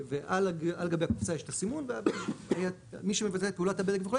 ועל גבי הקופסה יש את הסימון ומי שמבצע את פעולת הבדק וכו',